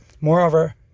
Moreover